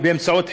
באמצעות חינוך,